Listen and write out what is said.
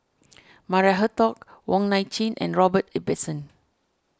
Maria Hertogh Wong Nai Chin and Robert Ibbetson